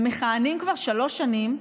הם מכהנים כבר שלוש שנים,